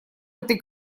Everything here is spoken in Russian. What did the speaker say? этой